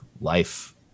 life